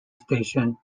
station